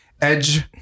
Edge